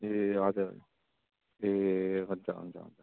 ए हजुर ए हुन्छ हुन्छ